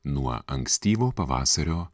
nuo ankstyvo pavasario